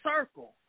circle